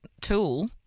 tool